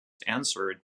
answered